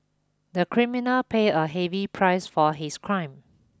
the criminal pay a heavy price for his crime